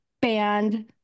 band